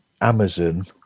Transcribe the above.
Amazon